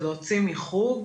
זה להוציא מחוג,